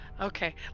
okay